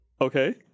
okay